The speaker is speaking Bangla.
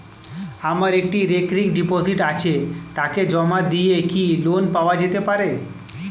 আমার একটি রেকরিং ডিপোজিট আছে তাকে জমা দিয়ে কি লোন পাওয়া যেতে পারে?